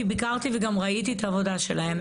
כי ביקרתי וגם ראיתי את העבודה שלהם.